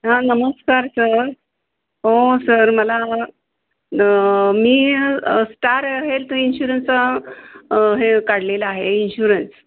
हां नमस्कार सर हो सर मला मी स्टार हेल्थ इन्श्युरन्सचा हे काढलेला आहे इन्श्युरन्स